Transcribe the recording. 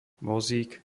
vozík